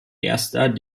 ersten